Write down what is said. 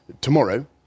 tomorrow